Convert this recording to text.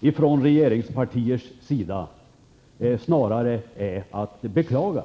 ifrån regeringspartiers sida är snarare att beklaga.